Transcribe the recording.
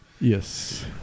Yes